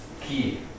key